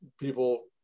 people